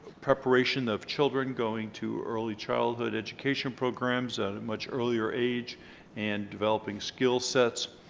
preparation of children going to early childhood education programs at a much earlier age and developing skill sets